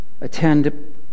attend